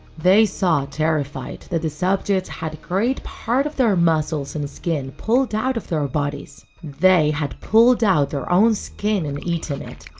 they saw, terrified, that the subjects had great part of their muscles and skin pulled out from their ah bodies. they had pulled out their own skin and eaten it.